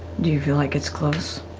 you feel like it's close?